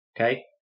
Okay